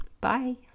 Bye